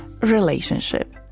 relationship